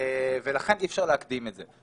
ולכן אי אפשר להקדים את זה.